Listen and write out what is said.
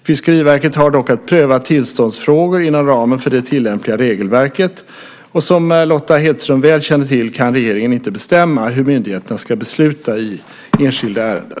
Fiskeriverket har dock att pröva tillståndsfrågor inom ramen för det tillämpliga regelverket. Som Lotta Hedström väl känner till kan regeringen inte bestämma hur myndigheterna ska besluta i enskilda ärenden.